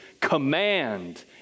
command